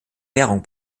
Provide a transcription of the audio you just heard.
währung